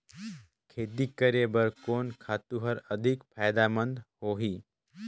खेती करे बर कोन खातु हर अधिक फायदामंद होही?